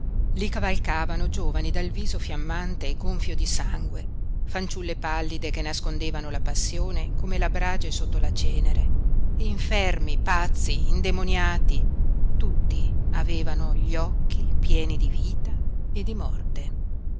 li cavalcavano giovani dal viso fiammante gonfio di sangue fanciulle pallide che nascondevano la passione come le brage sotto la cenere e infermi pazzi indemoniati tutti avevano gli occhi pieni di vita e di morte